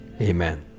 amen